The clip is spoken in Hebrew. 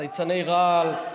צייצני רעל,